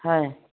হয়